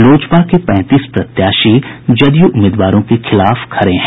लोजपा के पैंतीस प्रत्याशी जदयू उम्मीदवारों के खिलाफ खड़े हैं